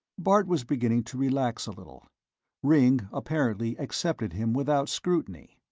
bart was beginning to relax a little ringg apparently accepted him without scrutiny.